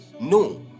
no